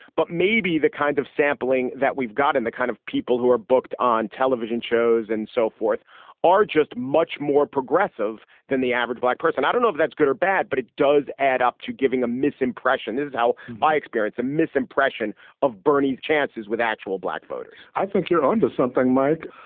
but maybe the kind of sampling that we've gotten, the kind of people who are booked on television shows and so forth are just much more progressive than the average black person. i don't know if that's good or bad, but it does add up to giving a misimpression is how i experience a misimpression of bernie's chances with actual black voters i think you're on to something, mike.